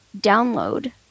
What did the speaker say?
download